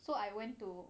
so I went to